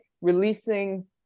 releasing